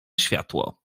światło